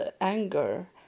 anger